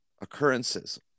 occurrences